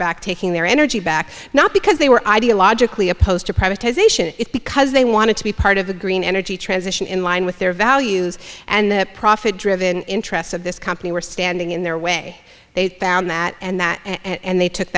back taking their energy back not because they were ideologically opposed to privatized because they wanted to be part of the green energy transition in line with their values and the profit driven interests of this company were standing in their way they found that and that and they took